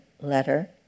letter